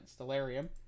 Stellarium